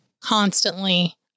constantly